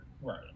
right